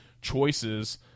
choices